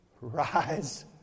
Rise